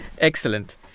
Excellent